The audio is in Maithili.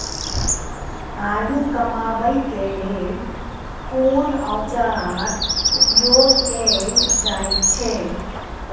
आलू कमाबै के लेल कोन औाजार उपयोग कैल जाय छै?